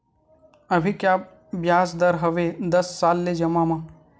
अभी का ब्याज दर हवे दस साल ले जमा मा?